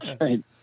Right